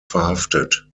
verhaftet